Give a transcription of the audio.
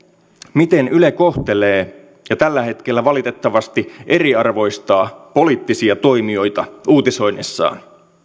miten yle kohtelee ja tällä hetkellä valitettavasti eriarvoistaa poliittisia toimijoita uutisoinnissaan